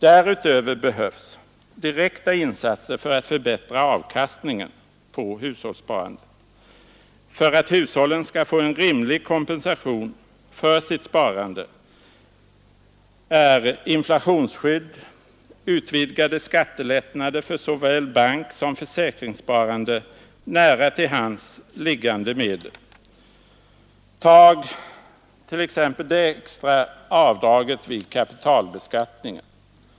Därutöver behövs direkta insatser för att förbättra avkast att hushållen skall få en rimlig kompensation för sitt sparande är inflationsskydd, utvidgade skattelättnader för såväl banksom försäkringssparande nära till hands liggande medel. Tag t.ex. det extra avdraget vid beskattningen av inkomst av kapital.